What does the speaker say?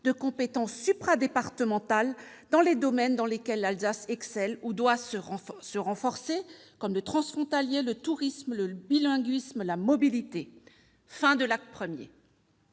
de compétences élargies, supradépartementales, dans les domaines dans lesquels l'Alsace excelle ou doit se renforcer, comme la coopération transfrontalière, le tourisme, le bilinguisme ou la mobilité. Fin de l'acte I.